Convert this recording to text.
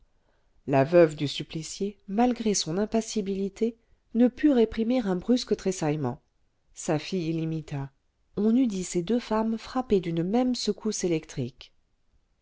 la veuve du supplicié malgré son impassibilité ne put réprimer un brusque tressaillement sa fille l'imita on eût dit ces deux femmes frappées d'une même secousse électrique